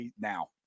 Now